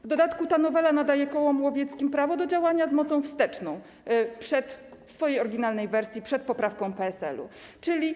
W dodatku ta nowela nadaje kołom łowieckim prawo do działania z mocą wsteczną w swojej oryginalnej wersji przed poprawką PSL-u.